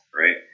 right